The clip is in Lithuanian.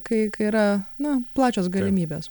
kai yra na plačios galimybės